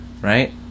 Right